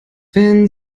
wenn